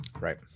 right